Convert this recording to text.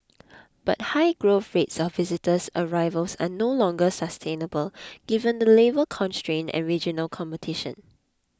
but high growth rates of visitors arrivals are no longer sustainable given the labour constraints and regional competition